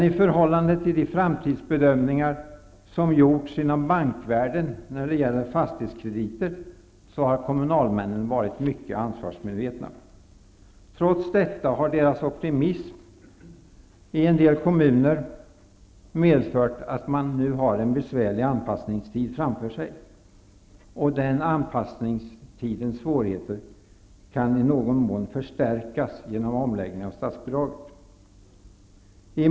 I förhållande till de framtidsbedömningar som har gjorts inom bankvärlden när det gäller fastighetskrediter har kommunalmännen varit mycket ansvarsmedvetna. Trots detta har deras optimism i en del kommuner medfört att man nu har en besvärlig anpassningstid framför sig. Svårigheterna under anpassningstiden kan i någon mån förstärkas genom omläggning av statsbidrag.